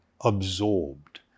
absorbed